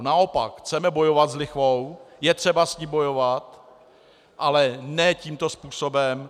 Naopak, chceme bojovat s lichvou, je třeba s ní bojovat, ale ne tímto způsobem.